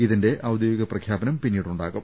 ഇതിന്റെ ഔദ്യോഗിക പ്രഖ്യാപനം പിന്നീട് ഉണ്ടാകും